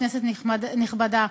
כנסת נכבדה,